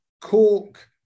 Cork